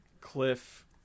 Cliff